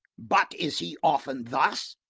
but is he often thus?